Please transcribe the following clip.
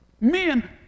Men